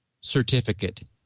certificate